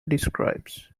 describes